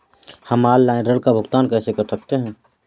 हम ऑनलाइन ऋण का भुगतान कैसे कर सकते हैं?